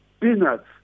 peanuts